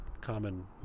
common